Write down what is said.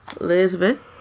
Elizabeth